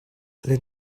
let